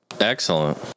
Excellent